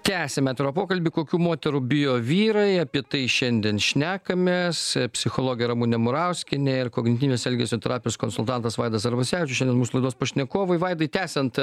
tęsiam atvirą pokalbį kokių moterų bijo vyrai apie tai šiandien šnekamės psichologė ramunė murauskienė ir kognityvinės elgesio terapijos konsultantas vaidas arvasevičius šiandien mūsų laidos pašnekovai vaidai tęsiant